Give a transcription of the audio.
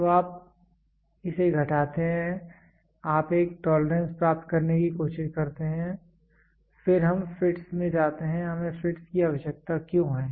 तो आप इसे घटाते हैं आप एक टोलरेंस प्राप्त करने की कोशिश करते हैं फिर हम फिटस् में जाते हैं हमें फिटस् की आवश्यकता क्यों है